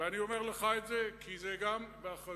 ואני אומר לך את זה כי זה גם באחריותך,